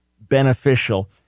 beneficial